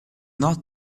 not